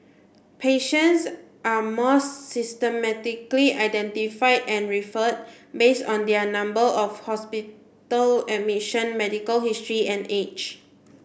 patients are more systematically identified and referred based on their number of hospital admission medical history and age